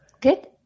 Good